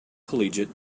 collegiate